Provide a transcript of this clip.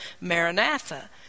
Maranatha